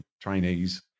trainees